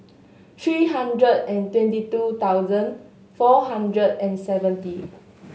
three hundred and twenty two thousand four hundred and seventy